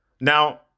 Now